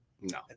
No